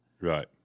Right